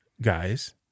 guys